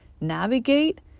navigate